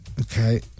Okay